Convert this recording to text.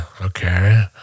okay